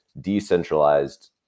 decentralized